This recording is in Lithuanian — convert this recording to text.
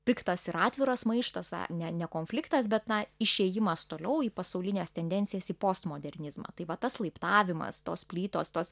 piktas ir atviras maištas ne ne konfliktas bet na išėjimas toliau į pasaulines tendencijas į postmodernizmą tai va tas laiptavimas tos plytos tos